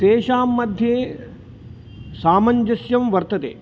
तेषां मध्ये सामञ्जस्यं वर्तते